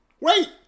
Wait